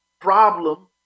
problem